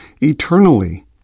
eternally